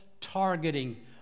targeting